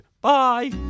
bye